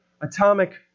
atomic